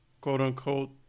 quote-unquote